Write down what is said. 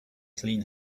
clean